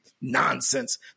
nonsense